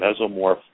mesomorph